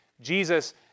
Jesus